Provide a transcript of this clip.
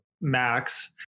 Max